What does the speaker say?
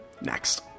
Next